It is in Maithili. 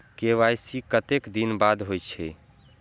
के.वाई.सी कतेक दिन बाद होई छै?